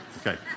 Okay